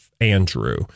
Andrew